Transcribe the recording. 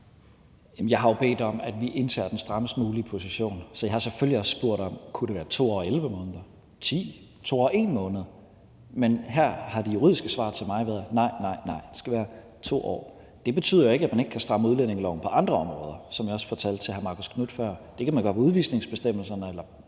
indtager den strammest mulige position, så jeg har selvfølgelig også spurgt, om det kunne være 2 år og 11 måneder eller 10 måneder, 2 år og 1 måned. Men her har det juridiske svar til mig været, at nej, nej, det skal være 2 år. Det betyder jo ikke, at man ikke kan stramme udlændingeloven på andre områder, som jeg også fortalte hr. Marcus Knuth før. Det kan man gøre ved udvisningsbestemmelserne,